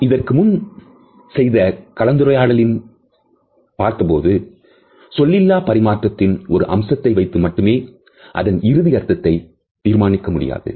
நாம் இதற்கு முன் செய்த கலந்துரையாடலில் பார்த்ததுபோல சொல்லிலா பரிமாற்றத்தின் ஒரு அம்சத்தை வைத்து மட்டுமே அதன் இறுதி அர்த்தத்தை தீர்மானிக்க முடியாது